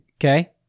okay